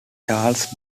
charles